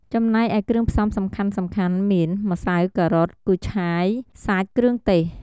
ចំណែកឯគ្រឿងផ្សំសំខាន់ៗមាន ម្សៅ ការ៉ុត គូឆាយ សាច់ គ្រឿងទេស។